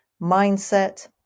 mindset